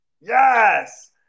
Yes